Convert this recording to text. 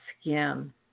skin